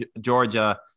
Georgia